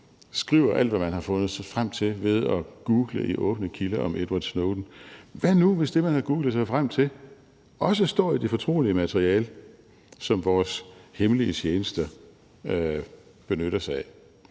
skriver alt, hvad man har fundet frem til ved at google i åbne kilder om Edward Snowden? Hvad nu, hvis det, man har googlet sig frem til, også står i det fortrolige materiale, som vores hemmelige tjenester benytter sig af?